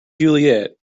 juliet